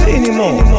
anymore